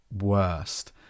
worst